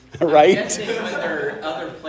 Right